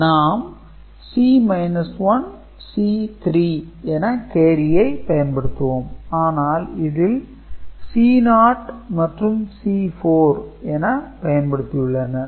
நாம் C 1 C3 என கேரியை பயன்படுத்தினோம் ஆனால் இதில் C0 மற்றும் C4 என பயன்படுத்தியுள்ளனர்